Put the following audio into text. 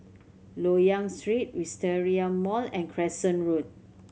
Loyang Street Wisteria Mall and Crescent Road